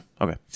Okay